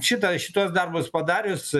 šitą šituos darbus padarius